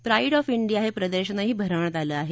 pride of India हे प्रदर्शनही भरवण्यात आलं आहे